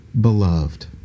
beloved